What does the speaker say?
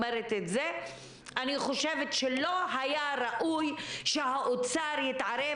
אני חושבת שלא היה ראוי שהאוצר יתערב